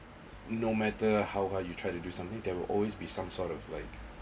no matter how hard you try to do something there will always be some sort of like